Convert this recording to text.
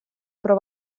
про